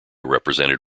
represented